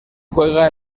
juega